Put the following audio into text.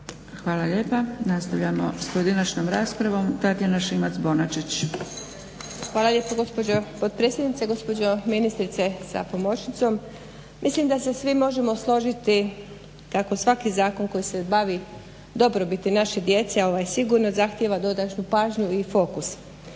Hvala lijepa. Nastavljamo s pojedinačnom raspravom, Tatjana Šimac-Bonačić. **Šimac Bonačić, Tatjana (SDP)** Hvala lijepa gospođo potpredsjednice, gospođo ministrice sa pomoćnicom. Mislim da se svi možemo složiti kako svaki zakon koji se bavi dobrobiti naše djece, a ovaj sigurno zahtjeva dodatnu pažnju i fokus.